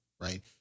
right